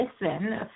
listen